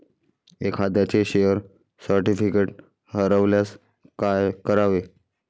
एखाद्याचे share certificate हरवल्यास काय करावे?